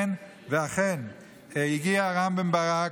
ואכן, הגיע רם בן ברק,